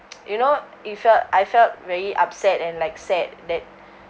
you know it felt I felt very upset and like sad that